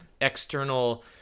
external